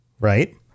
right